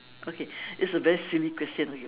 okay it's a very silly question okay